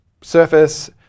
surface